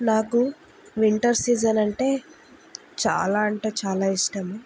నాకు winter season అంటే చాలా అంటే చాలా ఇష్టం